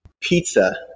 pizza